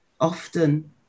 often